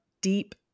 deep